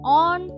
on